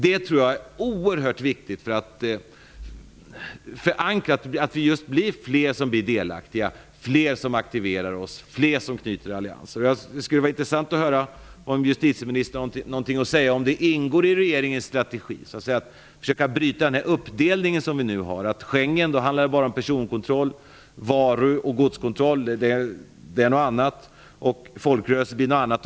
Jag tror att det är oerhört viktigt att fler blir delaktiga, aktiverar sig och knyter allianser. Det skulle vara intressant att höra om justitieministern har någonting att säga om det i regeringens strategi ingår att försöka bryta den uppdelning som nu finns. Schengenavtalet handlar bara om personkontroll. Varu och godskontrollen, liksom folkrörelsearbetet, är något annat.